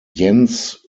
jens